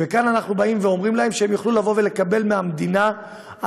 וכאן אנחנו אומרים להם שהם יוכלו לקבל מהמדינה הלוואה,